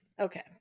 Okay